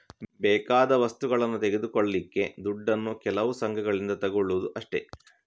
ಬೇಕಾದ ವಸ್ತುಗಳನ್ನ ತೆಗೆದುಕೊಳ್ಳಿಕ್ಕೆ ದುಡ್ಡನ್ನು ಕೆಲವು ಸಂಘಗಳಿಂದ ತಗೊಳ್ಳುದು ಅಷ್ಟೇ